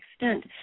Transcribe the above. extent